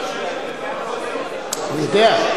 אני יודע.